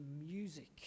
music